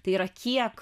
tai yra kiek